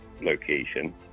location